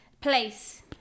Place